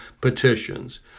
petitions